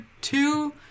two